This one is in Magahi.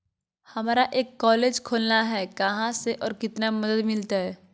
हमरा एक कॉलेज खोलना है, कहा से और कितना मदद मिलतैय?